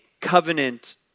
covenant